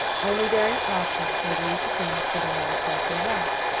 only very often they lead to things that are not exactly right.